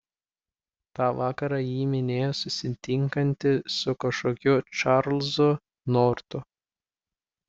tą vakarą ji minėjo susitinkanti su kažkokiu čarlzu nortu